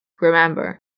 Remember